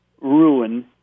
ruin